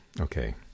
okay